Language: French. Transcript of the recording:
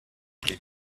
voulez